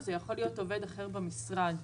או עובד אחר במשרד,